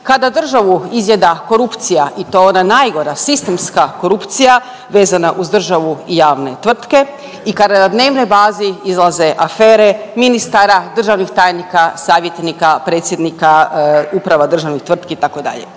kada državu izjeda korupcija i to ona najgora sistemska korupcija vezana uz državu i javne tvrtke i kada na dnevnoj bazi izlaze afere ministara, državnih tajnika, savjetnika predsjednika uprava državnih tvrtki itd.